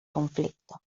conflicto